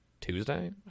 tuesday